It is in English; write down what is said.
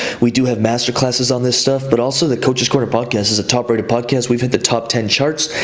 we do have masterclasses on this stuff, but also the coaches quarter podcasts is a top rated podcast, we've hit the top ten charts.